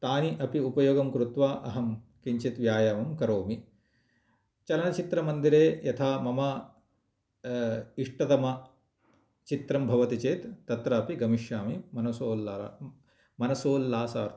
तानि अपि उपयोगं कृत्वा अहं किञ्चित् व्यायामं करोमि चलनचित्रमन्दिरे यथा मम इष्टतमचित्रं भवति चेत् तत्र अपि गमिष्यामि मनसोल्ला मनसोल्लासार्थम्